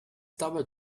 doubled